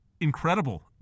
incredible